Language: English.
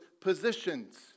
positions